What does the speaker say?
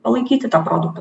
palaikyti tą produktą